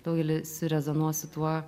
daugeliui surezonuos su tuo